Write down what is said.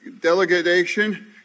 delegation